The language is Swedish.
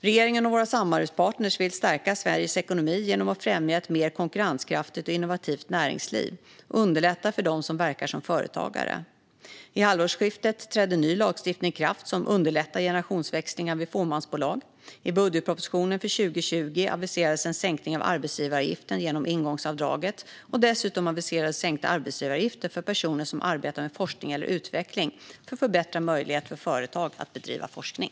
Regeringen och våra samarbetspartner vill stärka Sveriges ekonomi genom att främja ett mer konkurrenskraftigt och innovativt näringsliv och underlätta för dem som verkar som företagare. Vid halvårsskiftet trädde en ny lagstiftning i kraft som underlättar generationsväxlingar i fåmansbolag. I budgetpropositionen för 2020 aviserades en sänkning av arbetsgivaravgifterna genom ingångsavdraget, och dessutom aviserades sänkta arbetsgivaravgifter för personer som arbetar med forskning eller utveckling för att förbättra möjligheterna för företag att bedriva forskning.